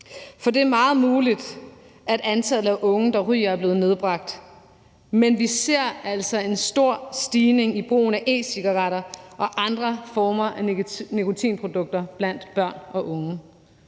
For det er meget muligt, at antallet af unge, der ryger, er blevet nedbragt, men vi ser altså en stor stigning i brugen af e-cigaretter og andre former for nikotinprodukter blandt børn og unge.